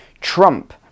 Trump